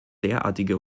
derartige